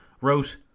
wrote